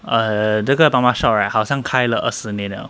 err 这个 mama shop right 好像开了二十年了